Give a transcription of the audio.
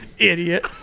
idiot